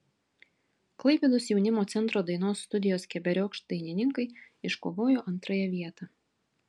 klaipėdos jaunimo centro dainos studijos keberiokšt dainininkai iškovojo antrąją vietą